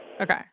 okay